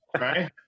right